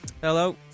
Hello